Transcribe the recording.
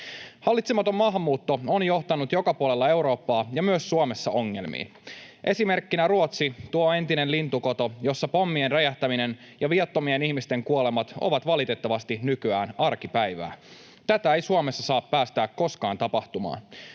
Hallitsematon maahanmuutto on johtanut joka puolella Eurooppaa ja myös Suomessa ongelmiin. Esimerkkinä Ruotsi, tuo entinen lintukoto, jossa pommien räjähtäminen ja viattomien ihmisten kuolemat ovat valitettavasti nykyään arkipäivää. Tätä ei Suomessa saa päästää koskaan tapahtumaan.